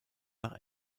nach